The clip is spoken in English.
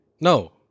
No